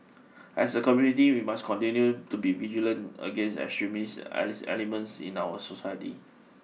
as a community we must continue to be vigilant against extremist Alice elements in our society